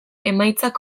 emaitzak